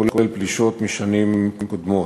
כולל פלישות משנים קודמות.